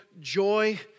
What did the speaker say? joy